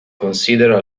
consider